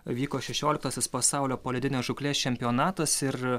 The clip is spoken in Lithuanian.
vyko šešioliktasis pasaulio poledinės žūklės čempionatas ir